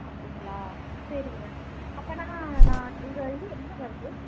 அப்படிங்களா சரிங்க அப்போனா நான் உங்கள் இது எங்கே வருது